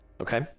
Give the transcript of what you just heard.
Okay